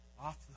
off